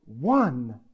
one